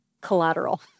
collateral